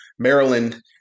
Maryland